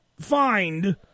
find